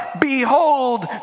Behold